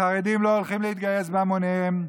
החרדים לא הולכים להתגייס בהמוניהם.